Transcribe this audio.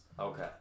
Okay